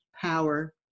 power